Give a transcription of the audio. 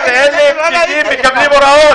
אלה פקידים שמקבלים הוראות.